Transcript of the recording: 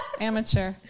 Amateur